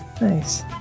nice